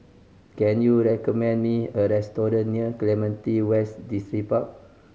can you recommend me a restaurant near Clementi West Distripark